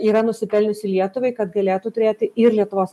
yra nusipelniusių lietuvai kad galėtų turėti ir lietuvos